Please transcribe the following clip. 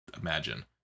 imagine